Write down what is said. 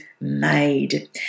made